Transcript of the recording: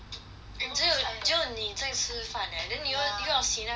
and 只有只有你在吃饭 eh then 你又要洗那个锅